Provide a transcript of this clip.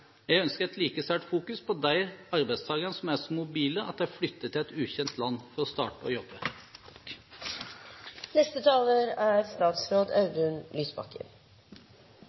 Jeg ønsker et like sterkt fokus på de arbeidstakerne som er så mobile at de flytter til et ukjent land for å starte å jobbe. Det er